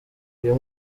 uyu